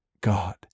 God